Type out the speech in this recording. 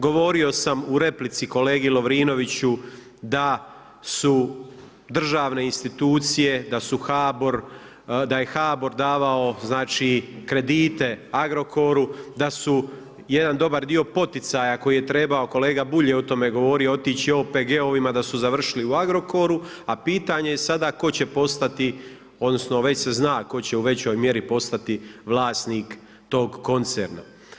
Govorio sam u replici kolegi Lovrinoviću da su državne institucije, da su HBOR, da je HBOR davao znači kredite Agrokoru, da su jedan dobar dio poticaja koji je trebao kolega Bulj je o tome govorio otići OPG-ovima, da su završili u Agrokoru, a pitanje je sada tko će postati, odnosno već se zna tko će u većoj mjeri postati vlasnik tog koncerna.